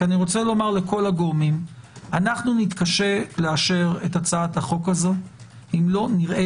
כי אנחנו נתקשה לאשר את הצעת החוק הזו אם לא נראה